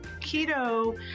keto